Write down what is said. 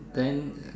then